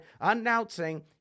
announcing